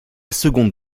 seconde